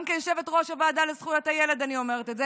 גם כיושבת-ראש הוועדה לזכויות הילד אני אומרת את זה,